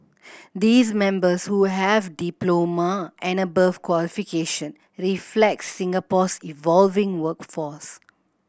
these members who have diploma and above qualification reflect Singapore's evolving workforce